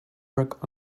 work